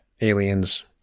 Aliens